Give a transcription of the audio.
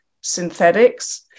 synthetics